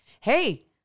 hey